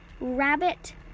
rabbit